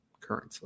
currently